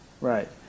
Right